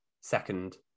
second